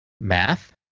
math